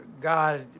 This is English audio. God